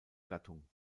gattung